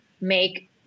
make